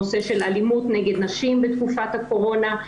נושא של אלימות נגד נשים בתקופת הקורונה,